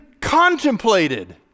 contemplated